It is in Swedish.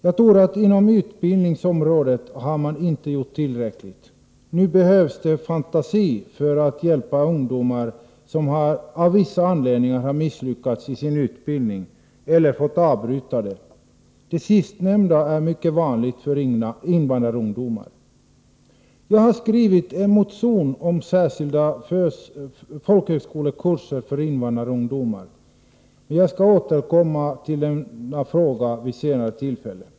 Jag tror att man inte har gjort tillräckligt inom utbildningsområdet. Nu behövs det fantasi för att hjälpa ungdomar som av vissa anledningar har misslyckats i sin utbildning eller fått avbryta den. Det sistnämnda är mycket vanligt för invandrarungdomar. Jag har skrivit en motion om särskilda folkhögskolekurser för invandrarungdomar, men jag skall återkomma till denna fråga vid senare tillfälle.